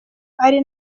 ari